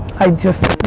i just